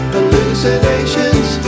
Hallucinations